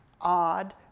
odd